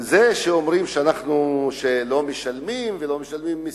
אומרים שאנחנו לא משלמים מסים,